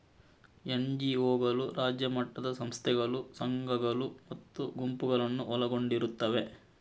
ಎನ್.ಜಿ.ಒಗಳು ರಾಜ್ಯ ಮಟ್ಟದ ಸಂಸ್ಥೆಗಳು, ಸಂಘಗಳು ಮತ್ತು ಗುಂಪುಗಳನ್ನು ಒಳಗೊಂಡಿರುತ್ತವೆ